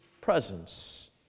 presence